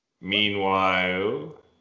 Meanwhile